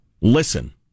listen